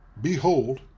behold